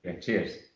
Cheers